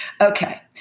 Okay